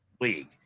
league